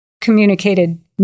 communicated